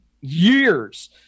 years